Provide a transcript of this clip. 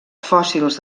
fòssils